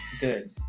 good